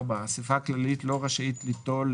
האסיפה הכללית לא רשאית ליטול,